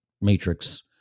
Matrix